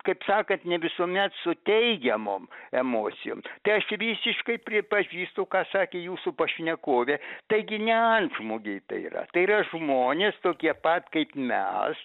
kaip sakant ne visuomet su teigiamom emocijom tai aš visiškai pripažįstu ką sakė jūsų pašnekovė taigi ne antžmogiai tai yra tai yra žmonės tokie pat kaip mes